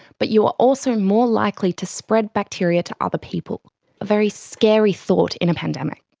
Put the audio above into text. but you are also more likely to spread bacteria to other people, a very scary thought in a pandemic.